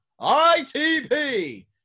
ITP